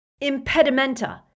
Impedimenta